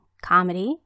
comedy